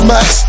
Max